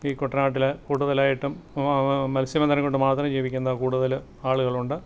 ഈ കുട്ടനാട്ടിൽ കൂടുതലായിട്ടും മത്സ്യബന്ധനം കൊണ്ട് മാത്രം ജീവിക്കുന്ന കൂടുതൽ ആളുകളുണ്ട്